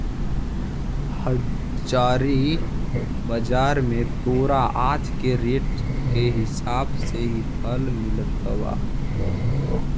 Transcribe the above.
हाजिर बाजार में तोरा आज के रेट के हिसाब से ही फल मिलतवऽ